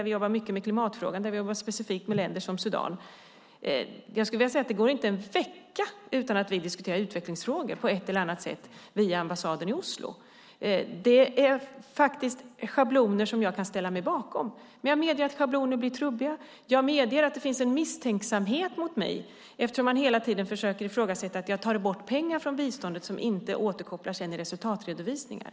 Vi jobbar mycket med klimatfrågan, och vi jobbar specifikt med länder som Sudan. Det går inte en vecka utan att vi på ett eller annat sätt diskuterar utvecklingsfrågor via ambassaden i Oslo. Det är faktiskt schabloner som jag kan ställa mig bakom. Jag medger att schabloner blir trubbiga. Jag medger att det finns en misstänksamhet mot mig eftersom man hela tiden försöker göra gällande jag tar bort pengar från biståndet som jag inte återkopplar i resultatredovisningar.